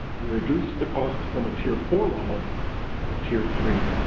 we reduce the cost from a tier four level to a tier three.